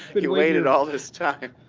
but you waited all this time.